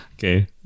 Okay